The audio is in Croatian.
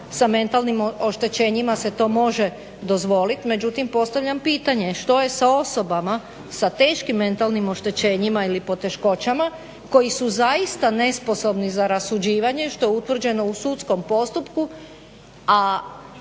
sa mentalnim oštećenjima se to može dozvoliti međutim postavljam pitanje što je sa osobama sa teškim mentalnim oštećenjima ili poteškoćama koji su zaista nesposobni za rasuđivanje što je utvrđeno u sudskom postupku,